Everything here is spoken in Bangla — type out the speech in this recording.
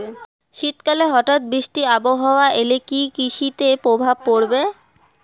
শীত কালে হঠাৎ বৃষ্টি আবহাওয়া এলে কি কৃষি তে প্রভাব পড়বে?